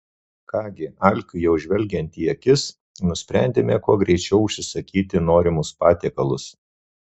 ką gi alkiui jau žvelgiant į akis nusprendėme kuo greičiau užsisakyti norimus patiekalus